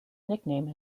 nickname